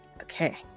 okay